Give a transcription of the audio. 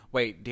Wait